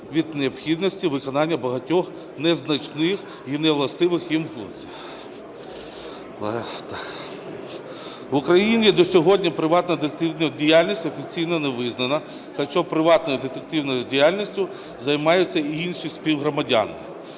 від необхідності виконання багатьох незначних і невластивих їм функцій. В Україні до сьогодні приватна детективна діяльність офіційно не визнана, хоча приватною детективною діяльністю займаються і інші співгромадяни.